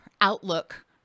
outlook